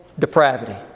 Depravity